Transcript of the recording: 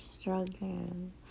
struggling